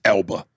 Elba